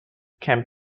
can